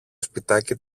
σπιτάκι